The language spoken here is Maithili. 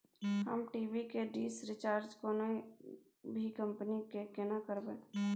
हम टी.वी के डिश रिचार्ज कोनो भी कंपनी के केना करबे?